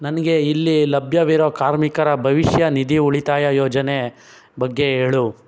ನನಗೆ ಇಲ್ಲಿ ಲಭ್ಯವಿರೋ ಕಾರ್ಮಿಕರ ಭವಿಷ್ಯ ನಿಧಿ ಉಳಿತಾಯ ಯೋಜನೆ ಬಗ್ಗೆ ಹೇಳು